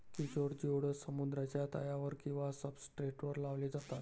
किशोर जिओड्स समुद्राच्या तळावर किंवा सब्सट्रेटवर लावले जातात